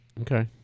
okay